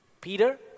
Peter